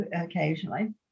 occasionally